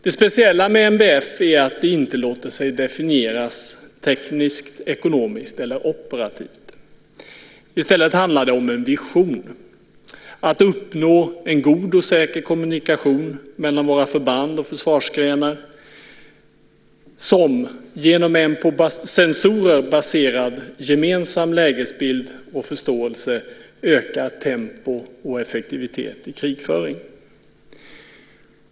Det speciella med NBF är att det inte låter sig definieras tekniskt, ekonomiskt eller operativt. I stället handlar det om en vision om att uppnå en god och säker kommunikation mellan våra förband och försvarsgrenar som genom en på sensorer baserad gemensam lägesbild och förståelse ökar tempo och effektivitet i krigföring.